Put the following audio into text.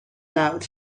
loud